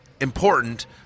important